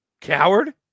Coward